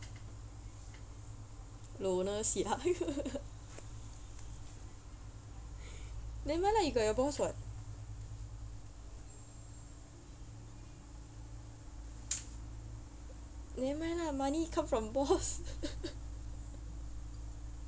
loner sia nevermind lah you got your boss [what] nevermind lah money come from boss